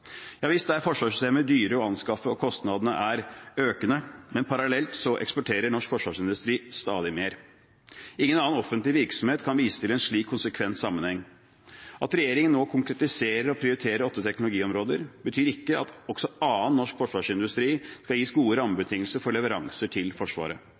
er forsvarssystemer dyre å anskaffe, og kostnadene er økende, men parallelt eksporterer norsk forsvarsindustri stadig mer. Ingen annen offentlig virksomhet kan vise til en slik konsekvent sammenheng. At regjeringen nå konkretiserer og prioriterer åtte teknologiområder, betyr ikke at også annen norsk forsvarsindustri skal gis gode rammebetingelser for leveranser til Forsvaret.